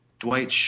Dwight